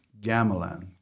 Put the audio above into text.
gamelan